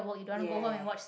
ya